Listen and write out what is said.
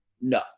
No